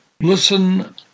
Listen